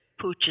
pooches